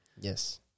yes